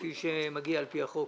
כפי שמגיע על פי החוק.